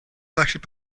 collected